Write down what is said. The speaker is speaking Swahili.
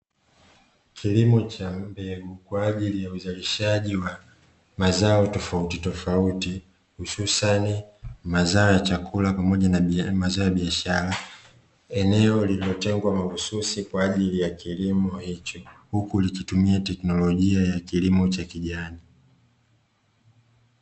Kilimo cha mbegu kwa ajili ya uzalishaji wa mazao tofauti tofauti hususani mazao ya chakula pamoja na mazao ya biashara. Eneo lililotengwa mahususi kwa ajili ya kilimo hicho huku likitumia teknolojia ya kilimo cha kijani.